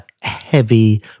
heavy